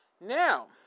Now